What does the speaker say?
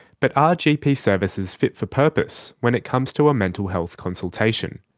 but are gp services fit for purpose when it comes to a mental health consultation?